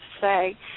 say